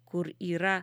kur yra